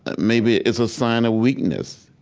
maybe it's a sign of weakness.